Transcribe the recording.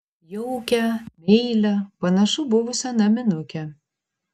jaukią meilią panašu buvusią naminukę